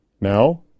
Now